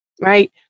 right